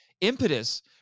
impetus